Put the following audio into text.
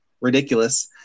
ridiculous